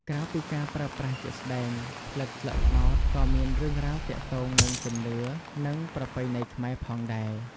ក្រៅពីការប្រើប្រាស់ជាក់ស្តែង ផ្លិតស្លឹកត្នោតក៏មានរឿងរ៉ាវទាក់ទងនឹង ជំនឿនិងប្រពៃណីខ្មែរ ផងដែរ។